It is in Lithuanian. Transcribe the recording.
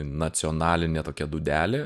nacionalinė tokia dūdelė